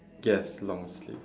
yes long sleeves